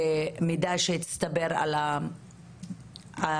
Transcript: מידע שהצטבר עליהן,